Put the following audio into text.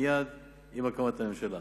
מייד עם הקמת הממשלה.